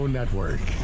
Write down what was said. Network